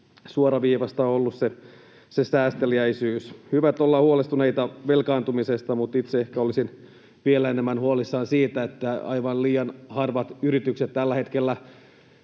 suoraviivaista ole ollut se säästeliäisyys. Hyvä, että ollaan huolestuneita velkaantumisesta, mutta itse ehkä olisin vielä enemmän huolissani siitä, että aivan liian harvat yritykset tällä hetkellä